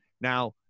Now